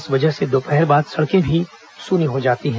इस वजह से दोपहर बाद सड़कें भी सुनसान हो जाती हैं